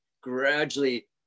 gradually